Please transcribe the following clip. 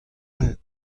all